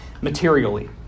materially